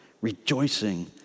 rejoicing